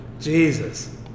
Jesus